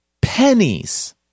pennies